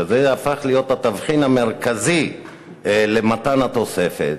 שזה הפך להיות התבחין המרכזי למתן התוספת,